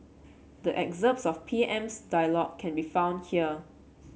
the excerpts of P M's dialogue can be found here